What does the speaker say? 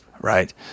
right